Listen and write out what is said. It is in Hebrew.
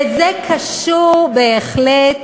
וזה קשור בהחלט